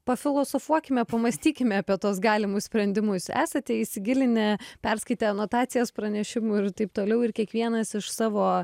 pafilosofuokime pamąstykime apie tuos galimus sprendimus esate įsigilinę perskaitę anotacijas pranešimų ir taip toliau ir kiekvienas iš savo